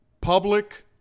public